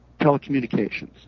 telecommunications